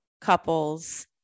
couples